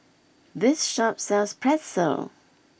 this shop sells Pretzel